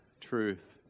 truth